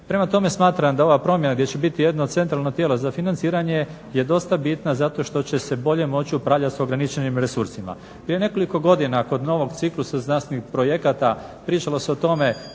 Prema tome, smatram da ova promjena gdje će biti jedno centralno tijelo za financiranje je dosta bitna zato što će se bolje moći upravljati sa ograničenim resursima. Prije nekoliko godina kod novog ciklusa znanstvenih projekata pričalo se o tome